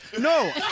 No